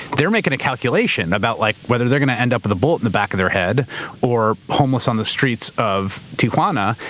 they're making a calculation about like whether they're going to end up with a bullet in the back of their head or homeless on the streets of tijuana.